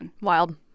Wild